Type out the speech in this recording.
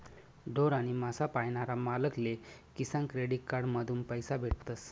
ढोर आणि मासा पायनारा मालक ले किसान क्रेडिट कार्ड माधून पैसा भेटतस